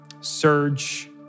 surge